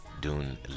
d'une